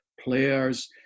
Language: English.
players